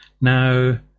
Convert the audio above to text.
Now